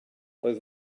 roedd